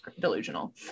delusional